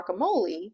guacamole